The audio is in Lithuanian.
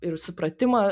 ir supratimą